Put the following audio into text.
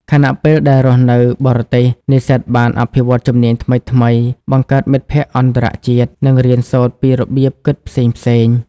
ខណៈពេលដែលរស់នៅបរទេស និស្សិតបានអភិវឌ្ឍជំនាញថ្មីៗ បង្កើតមិត្តភក្តិអន្តរជាតិ និងរៀនសូត្រពីរបៀបគិតផ្សេងៗ។